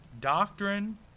Doctrine